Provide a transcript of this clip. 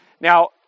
now